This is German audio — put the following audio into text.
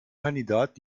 kandidat